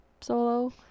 solo